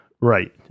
Right